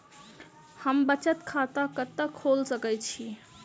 हम बचत खाता कतऽ खोलि सकै छी?